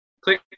click